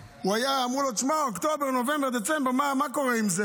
אמרו לו: אוקטובר, נובמבר, דצמבר, מה קורה עם זה?